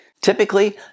Typically